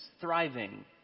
thriving